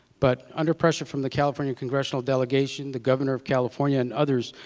but under pressure from the california congressional delegation, the governor of california and others,